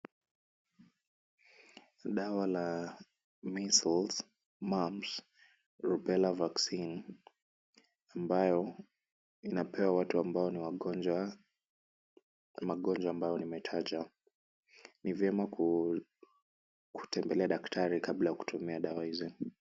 Dawa la measles, mumps, rubella vaccine ambayo inapewa watu ambao ni wagonjwa na magonjwa ambayo nimetaja. Ni vyema kutembelea daktari kabla kutumia dawa hizi.